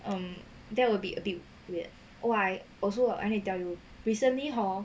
um there will be a bit weird !wah! I also I need to tell you recently hor